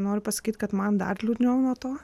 noriu pasakyt kad man dar liūdniau nuo to